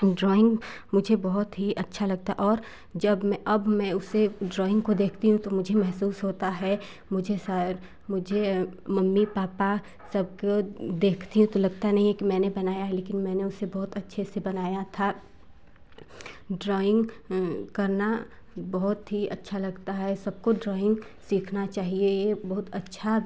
drawing मुझे बहुत ही अच्छा लगता और जब मैं अब मैं उसे ड्राॅइंग को देखती हूँ तो मुझे महसूस होता है मुझे शायद मुझे मम्मी पापा सबको देखती हूँ तो लगता नहीं है कि मैंने बनाया है लेकिन मैंने उसे बहुत अच्छे से बनाया था ड्राॅइंग करना बहुत ही अच्छा लगता है सबको ड्राॅइंग सीखना चाहिए ये बहुत अच्छा